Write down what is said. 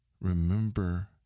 remember